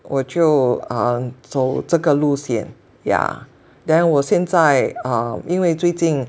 我就 um 走这个路线 yeah then 我现在 err 因为最近